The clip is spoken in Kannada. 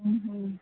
ಹ್ಞೂ ಹ್ಞೂ